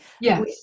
yes